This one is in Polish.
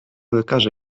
lekarza